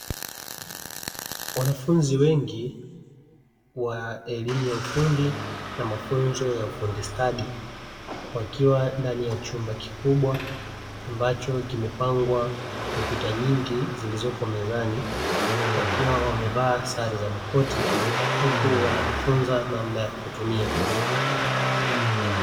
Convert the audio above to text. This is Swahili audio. Wanafunzi wengi wa elimu ya ufundi na mafunzo ya ufundi stadi, wakiwa ndani ya chumba kikubwa ambacho kimepangwa kompyuta nyingi zilizopo mezani, wakiwa wamevaa sare za koti huku wanajifunza namna ya kutumia.